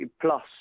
plus